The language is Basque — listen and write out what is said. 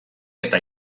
eta